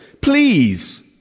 Please